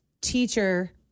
teacher